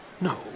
no